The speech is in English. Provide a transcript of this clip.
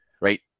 right